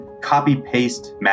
copy-paste